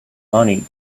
money